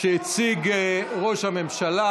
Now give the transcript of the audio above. שהציג ראש הממשלה.